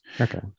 Okay